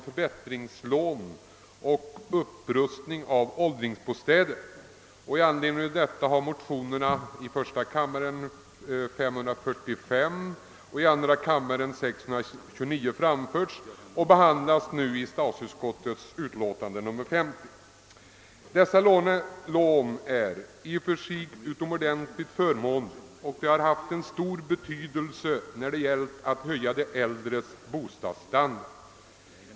Förbättringslån för upprustning av åldringsbostäder är utomordentligt förmånliga, och de har stor betydelse för att höja de äldres bostadsstandard.